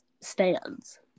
stands